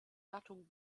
gattung